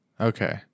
okay